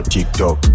TikTok